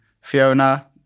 Fiona